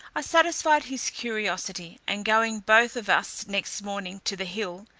i satisfied his curiosity, and going both of us next morning to the hill,